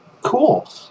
Cool